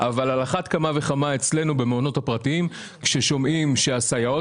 אבל על אחת כמה וכמה אצלנו במעונות הפרטיים כששומעים שהסייעות